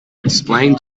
explain